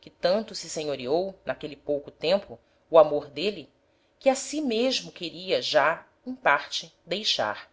que tanto se senhoreou n'aquele pouco tempo o amor d'êle que a si mesmo queria já em parte deixar